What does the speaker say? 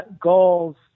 goals